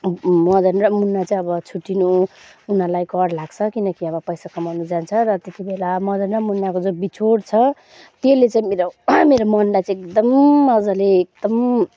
मदन र मुना चाहिँ अब छुट्टिनु उनीहरूलाई कर लाग्छ कि किनकि अब पैसा कमाउनु जान्छ र त्यति बेला मदन र मुनाको चाहिँ बिछोड छ त्यसले चाहिँ मेरो मेरो मनलाई चाहिँ एकदम मजाले एकदम